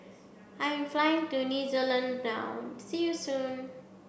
I am flying to New Zealand now see you soon